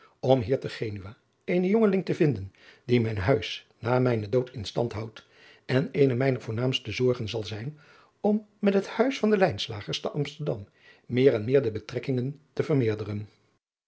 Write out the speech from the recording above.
om hier te genua eenen jongeling te vinden die mijn huis na mijnen dood in stand houdt en eene mijner voornaamste zorgen zal zijn om met het huis van de lijnslagers te amsterdam meer en meer de betrekkingen te vermeerderen